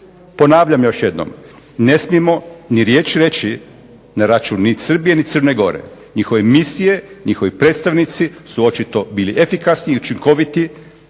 Ponavljam još jednom, ne smijemo ni riječ reći na račun ni Srbije ni Crne Gore. Njihove misije, njihovi predstavnici su očito bili efikasni i učinkoviti